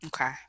Okay